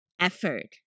effort